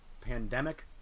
pandemic